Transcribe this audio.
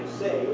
say